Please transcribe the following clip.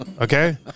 okay